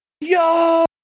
yo